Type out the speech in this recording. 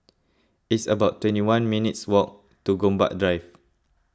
it's about twenty one minutes' walk to Gombak Drive